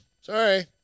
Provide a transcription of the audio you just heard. Sorry